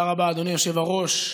תודה רבה, אדוני היושב-ראש.